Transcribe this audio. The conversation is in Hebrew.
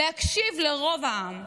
להקשיב לרוב העם,